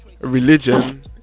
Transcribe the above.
religion